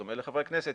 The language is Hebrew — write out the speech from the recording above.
בדומה לחברי כנסת,